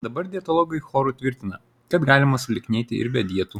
dabar dietologai choru tvirtina kad galima sulieknėti ir be dietų